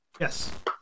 Yes